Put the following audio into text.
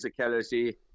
physicality